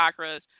chakras